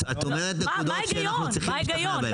את אומרת נקודות שאנחנו צריכים להשתכנע בהם.